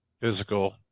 physical